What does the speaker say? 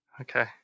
Okay